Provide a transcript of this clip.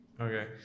Okay